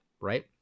Right